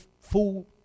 full